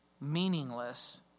meaningless